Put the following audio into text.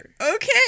okay